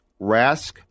Rask